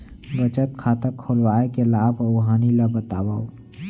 बचत खाता खोलवाय के लाभ अऊ हानि ला बतावव?